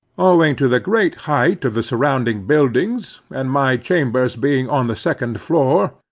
owing to the great height of the surrounding buildings, and my chambers being on the second floor,